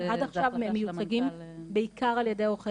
הם עד עכשיו מיוצגים בעיקר על ידי עורכי